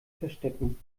verstecken